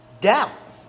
death